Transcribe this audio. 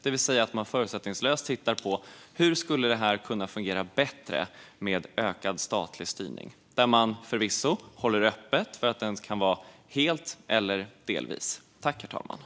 Man ska ju förutsättningslöst titta på hur det skulle kunna fungera bättre med ökad statlig styrning. Man håller förvisso öppet för att den kan vara helt eller delvis statlig.